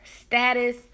status